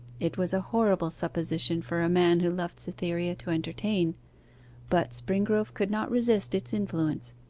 it was a horrible supposition for a man who loved cytherea to entertain but springrove could not resist its influence.